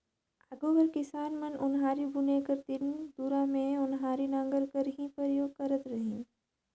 आघु कर किसान मन ओन्हारी बुने कर दिन दुरा मे ओन्हारी नांगर कर ही परियोग करत खित रहिन